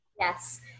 Yes